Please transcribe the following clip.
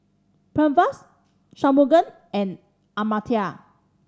Pranavs Shunmugam and Amartya